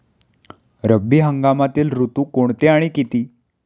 रब्बी हंगामातील ऋतू कोणते आणि किती?